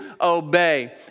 obey